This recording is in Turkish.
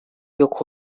yok